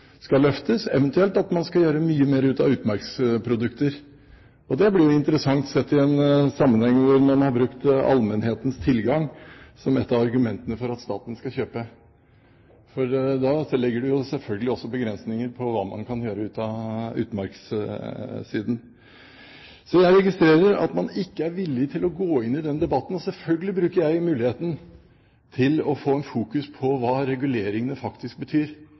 skal løftes, eventuelt at man skal gjøre mye mer ut av utmarksprodukter. Og det blir jo interessant sett i en sammenheng hvor man har brukt allmennhetens tilgang som et av argumentene for at staten skal kjøpe. For da legger man selvfølgelig også begrensninger på hva man kan gjøre ut av utmarkssiden. Jeg registrerer altså at man ikke er villig til å gå inn i den debatten. Og selvfølgelig bruker jeg muligheten til å fokusere på hva reguleringene faktisk betyr.